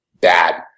bad